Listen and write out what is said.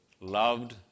loved